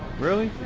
really?